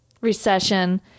recession